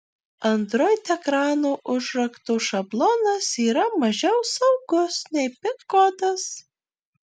android ekrano užrakto šablonas yra mažiau saugus nei pin kodas